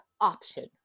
option